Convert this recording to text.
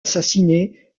assassiné